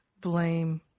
blame